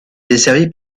desservi